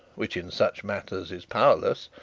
which in such matters is powerless,